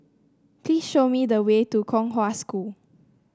please show me the way to Kong Hwa School